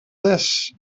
this